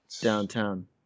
downtown